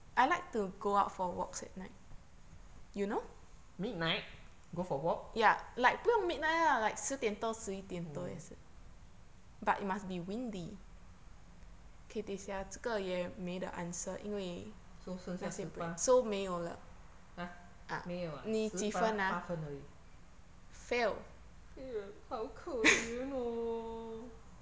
midnight go for walk so 剩下十八 !huh! 没有啊十分八分而已 fail 好可怜哦